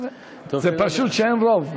זה פשוט שאין רוב.